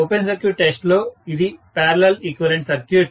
open circuit test లో ఇది parallel equivalent circuit